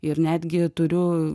ir netgi turiu